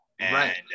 Right